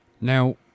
Now